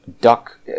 duck